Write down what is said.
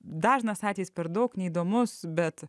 dažnas atvejis per daug neįdomus bet